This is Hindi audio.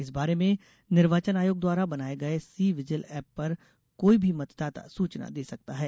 इस बारे में निर्वाचन आयोग द्वारा बनाये गये सी विजिल एप पर कोई भी मतदाता सूचना दे सकता है